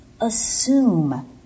Assume